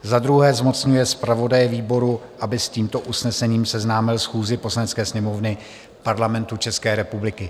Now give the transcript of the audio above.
II. zmocňuje zpravodaje výboru, aby s tímto usnesením seznámil schůzi Poslanecké sněmovny Parlamentu České republiky.